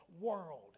world